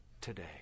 today